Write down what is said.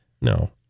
No